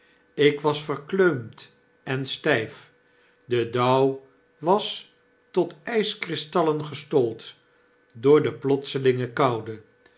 ik was verkleumd en styf de dauw was tot yskristallen gestold door de plotselinge koude